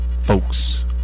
folks